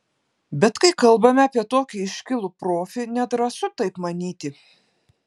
bet kai kalbame apie tokį iškilų profį nedrąsu taip manyti